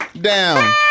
down